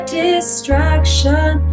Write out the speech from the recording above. distraction